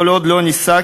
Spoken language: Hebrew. כל עוד לא נישא,